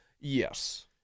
Yes